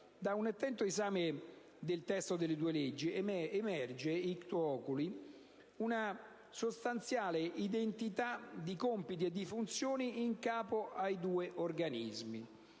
Da un attento esame del testo delle due leggi emerge, *ictu oculi*, una sostanziale identità di compiti e funzioni in capo ai due organismi.